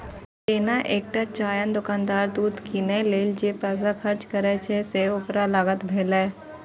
जेना एकटा चायक दोकानदार दूध कीनै लेल जे पैसा खर्च करै छै, से ओकर लागत भेलै